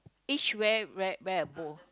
each wear wear wear a bow